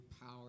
power